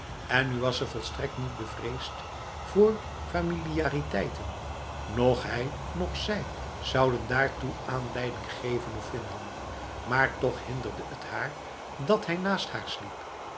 en nu was ze volstrekt niet bevreesd voor familiariteiten noch hij noch zij zouden daartoe aanleiding geven of vinden maar toch hinderde het haar dat hij naast haar sliep